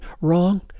wrong